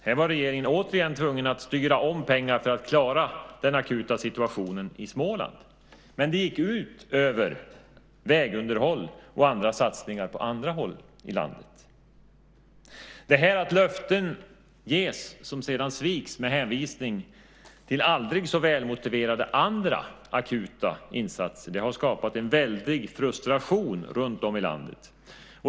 Här var regeringen återigen tvungen att styra om pengar för att klara den akuta situationen i Småland. Men det gick ut över vägunderhåll och andra satsningar på andra håll i landet. Att löften ges som sedan sviks med hänvisning till aldrig så välmotiverade andra akuta insatser har skapat en väldig frustration runtom i landet.